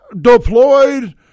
deployed